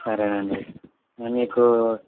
సరేనండి నేను మీకు